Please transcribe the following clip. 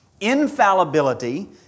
infallibility